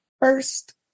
First